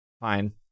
fine